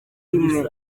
rimwe